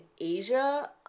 Asia